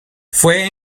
fue